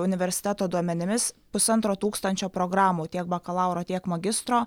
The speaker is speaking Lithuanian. universiteto duomenimis pusantro tūkstančio programų tiek bakalauro tiek magistro